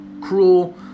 cruel